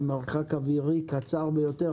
במרחק אווירי קצר ביותר.